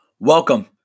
Welcome